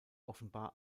offenbar